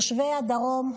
תושבי הדרום,